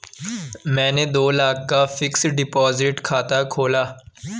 मैंने दो लाख का फ़िक्स्ड डिपॉज़िट खाता खोला